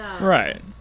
Right